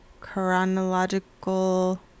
chronological